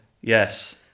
yes